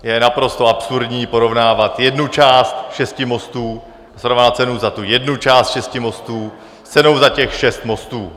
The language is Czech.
Je naprosto absurdní porovnávat jednu část šesti mostů, srovnávat cenu za jednu část šesti mostů s cenou za těch šest mostů.